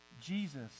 Jesus